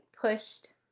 pushed